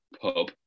pub